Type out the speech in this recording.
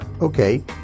Okay